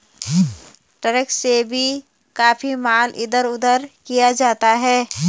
truck से भी काफी माल इधर उधर किया जाता है